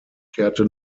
kehrte